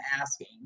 asking